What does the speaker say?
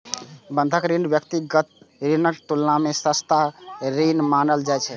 बंधक ऋण व्यक्तिगत ऋणक तुलना मे सस्ता ऋण मानल जाइ छै